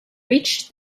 reached